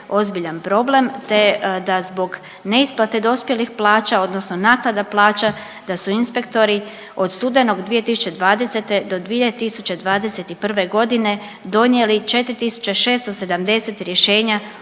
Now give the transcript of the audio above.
ozbiljan problem te da zbog neisplate dospjelih plaća odnosno naknada plaća da su inspektori od studenog 2020. do 2021. godine donijeli 4.670 rješenja